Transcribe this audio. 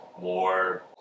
more